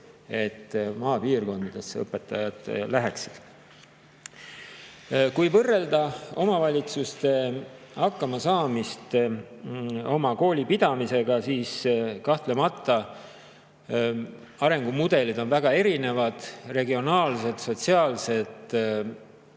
just maapiirkondadesse õpetajad läheksid. Kui võrrelda omavalitsuste hakkamasaamist oma kooli pidamisega, siis kahtlemata arengumudelid on väga erinevad. Regiooniti on sotsiaalsed